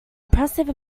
impressive